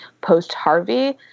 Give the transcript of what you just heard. post-Harvey